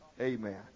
Amen